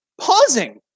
pausing